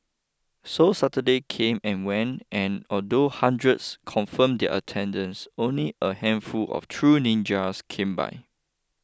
so Saturday came and went and although hundreds confirmed their attendance only a handful of true ninjas came by